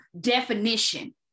definition